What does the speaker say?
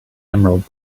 emerald